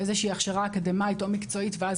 איזושהי הכשרה אקדמאית או מקצועית ואז